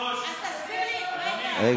תסביר לי, אנחנו,